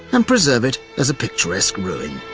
and preserve it as a picturesque ruin.